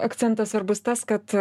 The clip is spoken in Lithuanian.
akcentas svarbus tas kad